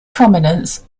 prominence